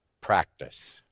Practice